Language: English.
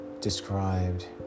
described